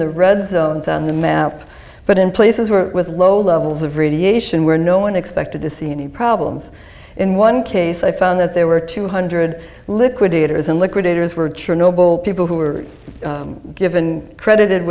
the red zones on the map but in places where it was low levels of radiation where no one expected to see any problems in one case i found that there were two hundred liquidators and liquidators were chernobyl people who were given credited